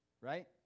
right